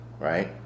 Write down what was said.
right